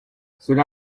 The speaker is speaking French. cela